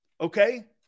Okay